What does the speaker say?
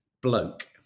bloke